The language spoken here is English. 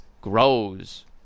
grows